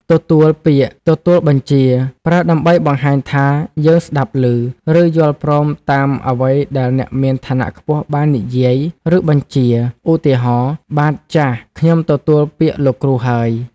ទទួលពាក្យ ទទួលបញ្ជា ប្រើដើម្បីបង្ហាញថា យើងស្ដាប់ឮ ឬយល់ព្រមតាមអ្វីដែលអ្នកមានឋានៈខ្ពស់បាននិយាយ ឬបញ្ជា ឧទាហរណ៍ បាទ ចាស! ខ្ញុំទទួលពាក្យលោកគ្រូហើយ។